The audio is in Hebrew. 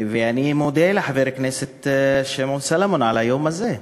ואני מודה לחבר הכנסת שמעון סולומון על היום הזה.